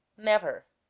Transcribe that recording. never